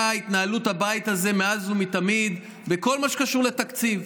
התנהלות הבית הזה מאז ומתמיד בכל מה שקשור לתקציב.